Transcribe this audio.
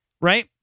right